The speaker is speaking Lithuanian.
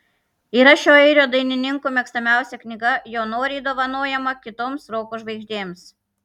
yra šio airių dainininko mėgstamiausia knyga jo noriai dovanojama kitoms roko žvaigždėms